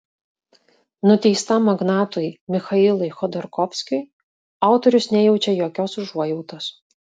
nuteistam magnatui michailui chodorkovskiui autorius nejaučia jokios užuojautos